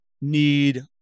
need